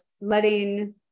letting